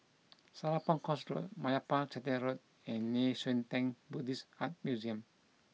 Serapong Course Road Meyappa Chettiar Road and Nei Xue Tang Buddhist Art Museum